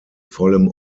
vollem